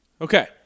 Okay